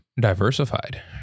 diversified